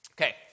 Okay